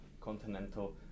continental